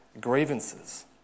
grievances